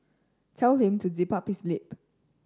tell him to zip up his lip